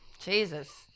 Jesus